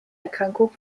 erkrankung